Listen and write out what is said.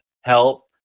health